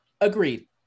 agreed